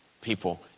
people